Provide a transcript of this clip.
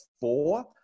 four